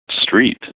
Street